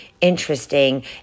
interesting